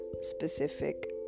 specific